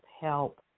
help